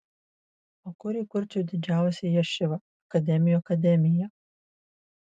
o kur įkurčiau didžiausią ješivą akademijų akademiją